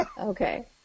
Okay